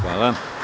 Hvala.